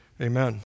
Amen